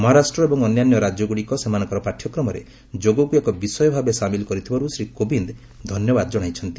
ମହାରାଷ୍ଟ୍ର ଏବଂ ଅନ୍ୟାନ୍ୟ ରାଜ୍ୟଗୁଡ଼ିକ ସେମାନଙ୍କର ପାଠ୍ୟକ୍ରମରେ ଯୋଗକୁ ଏକ ବିଷୟଭାବେ ସାମିଲ କରିଥିବାରୁ ଶ୍ରୀ କୋବିନ୍ଦ ଧନ୍ୟବାଦ ଜଣାଇଛନ୍ତି